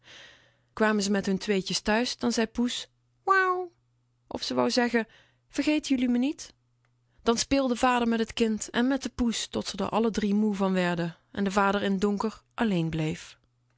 kwamen ze met hun tweetjes thuis dan zei poes wau of ze wou zeggen vergeten jullie me niet dan speelde vader met t kind en met de poes tot ze r alle drie moe van werden en vader in t donker alleen bleef